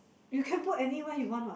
you can put anywhere you want [what]